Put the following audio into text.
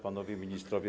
Panowie Ministrowie!